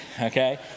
okay